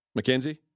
McKenzie